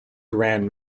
grand